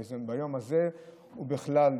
ביום הזה ובכלל,